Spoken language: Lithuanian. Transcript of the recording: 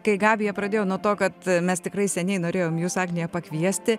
kai gabija pradėjo nuo to kad mes tikrai seniai norėjom jus agnija pakviesti